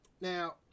now